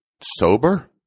sober